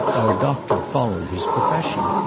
our doctor followed his profession.